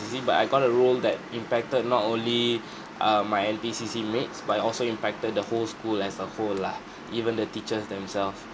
but I got roll that impacted not only uh my N_P_C_C mates but it also impacted the whole school as a whole lah even the teachers themselves